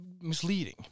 misleading